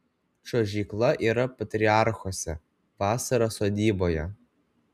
čiuožykla yra patriarchuose vasara sodyboje